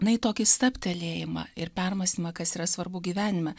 na į tokį stabtelėjimą ir permąstymą kas yra svarbu gyvenime